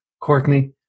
Courtney